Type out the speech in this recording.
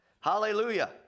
Hallelujah